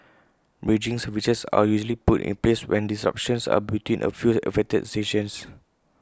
bridging services are usually put in place when disruptions are between A few affected stations